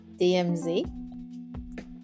DMZ